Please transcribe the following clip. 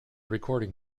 recording